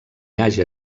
haja